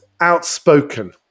outspoken